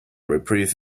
reprieve